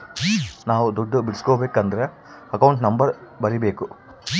ನಾವ್ ದುಡ್ಡು ಬಿಡ್ಸ್ಕೊಬೇಕದ್ರ ಅಕೌಂಟ್ ನಂಬರ್ ಬರೀಬೇಕು